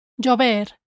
llover